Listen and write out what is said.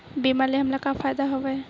बीमा ले हमला का फ़ायदा हवय?